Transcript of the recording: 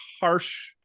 harsh